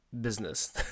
business